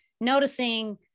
noticing